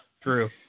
True